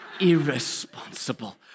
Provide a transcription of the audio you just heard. irresponsible